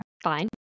Fine